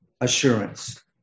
assurance